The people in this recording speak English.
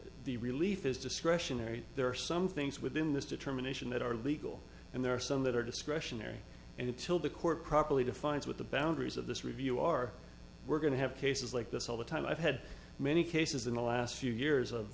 the relief is discretionary there are some things within this determination that are legal and there are some that are discretionary and until the court properly defines what the boundaries of this review are we're going to have cases like this all the time i've had many cases in the last few years of